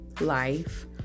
life